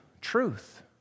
truth